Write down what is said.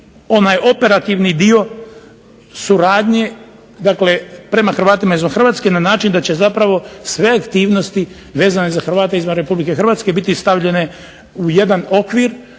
onaj operativni dio suradnje dakle, prema Hrvatima izvan Hrvatske na način da će zapravo sve aktivnosti vezane za Hrvate izvan Republike Hrvatske biti stavljene u jedan okvir